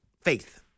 faith